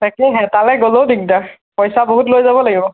তাকেহে তালৈ গ'লেও দিগদাৰ পইচা বহুত লৈ যাব লাগিব